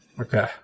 Okay